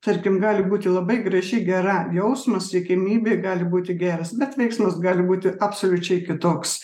tarkim gali būti labai graži gera jausmas siekiamybė gali būti geras bet veiksmas gali būti absoliučiai kitoks